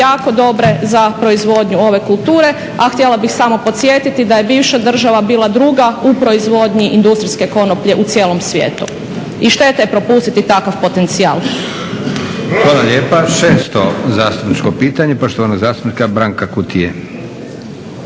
jako dobre za proizvodnju ove kulture, a htjela bih samo podsjetiti da je bivša država bila druga u proizvodnji industrijske konoplje u cijelom svijetu. I šteta je propustiti takav potencijal. **Leko, Josip (SDP)** Hvala lijepa. 6. zastupničko pitanje, poštovanog zastupnika Branka Kutije.